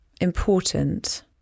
important